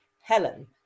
helen